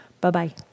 Bye-bye